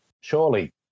surely